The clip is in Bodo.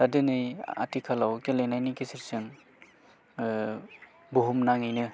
दा दिनै आथिखालाव गेलेनायनि गेजेरजों बुहुमनाङैनो